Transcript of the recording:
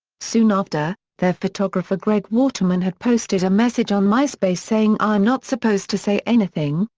soon after, their photographer greg watermann had posted a message on myspace saying i'm not supposed to say anything,